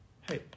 Hey